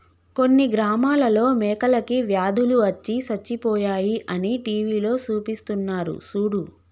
కొన్ని గ్రామాలలో మేకలకి వ్యాధులు అచ్చి సచ్చిపోయాయి అని టీవీలో సూపిస్తున్నారు సూడు